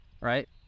right